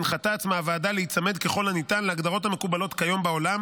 הנחתה עצמה הוועדה להיצמד ככל הניתן להגדרות המקובלות כיום בעולם